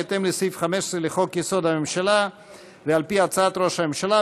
בהתאם לסעיף 15 לחוק-יסוד: הממשלה ועל פי הצעת ראש הממשלה,